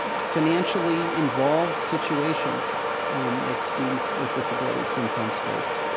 financially involved situations that students with disabilities sometimes face.